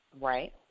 Right